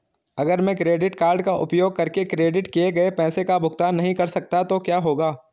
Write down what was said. अगर मैं credit card का उपयोग करके क्रेडिट किए गए पैसे का भुगतान नहीं कर सकता तो क्या होगा?